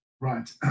Right